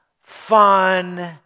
fun